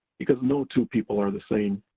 because no two people are the same.